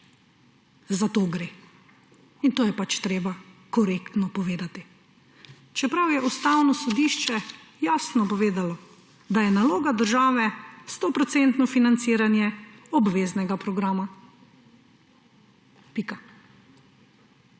Za to gre in to je treba korektno povedati. Čeprav je Ustavno sodišče jasno povedalo, da je naloga države stoprocentno financiranje obveznega programa, pika.